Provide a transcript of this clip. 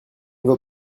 vaut